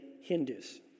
Hindus